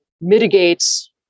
mitigates